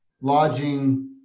lodging